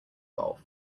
golf